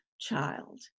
child